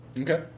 Okay